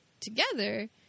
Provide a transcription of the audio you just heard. together